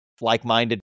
like-minded